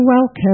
welcome